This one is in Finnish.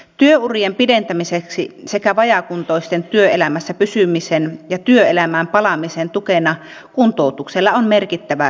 työurien pidentämiseksi sekä vajaakuntoisten työelämässä pysymisen ja työelämään palaamisen tukena kuntoutuksella on merkittävä rooli